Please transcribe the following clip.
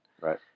Right